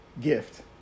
gift